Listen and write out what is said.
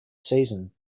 season